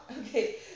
Okay